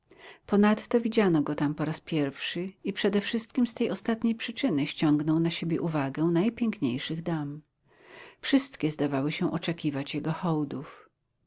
ponadto widziano go tam po raz pierwszy i przede wszystkim z tej ostatniej przyczyny ściągnął na siebie uwagę najpiękniejszych dam wszystkie zdawały się oczekiwać jego hołdów